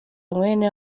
bene